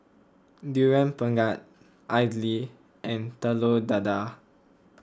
Durian Pengat Idly and Telur Dadah